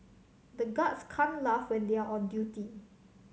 the guards can't laugh when they are on duty